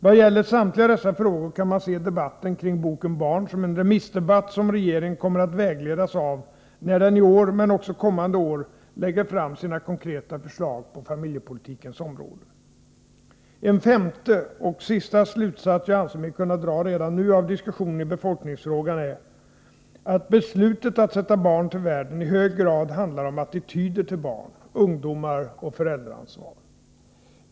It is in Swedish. Vad gäller samtliga dessa frågor kan man se debatten kring boken ”Barn?” som en remissdebatt som regeringen kommer att vägledas av när den i år, men också kommande år, lägger fram sina konkreta förslag på familjepolitikens område. En femte och sista slutsats jag anser mig kunna dra redan nu av diskussionen i befolkningsfrågan är att beslutet att sätta barn till världen i hög grad handlar om attityder — till barn, ungdomar och till föräldraansvar.